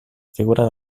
figura